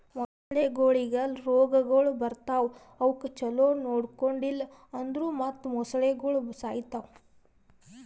ಮೊಸಳೆಗೊಳಿಗ್ ರೋಗಗೊಳ್ ಬರ್ತಾವ್ ಅವುಕ್ ಛಲೋ ನೊಡ್ಕೊಂಡಿಲ್ ಅಂದುರ್ ಮತ್ತ್ ಮೊಸಳೆಗೋಳು ಸಾಯಿತಾವ್